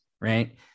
right